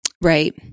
Right